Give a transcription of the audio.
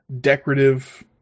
decorative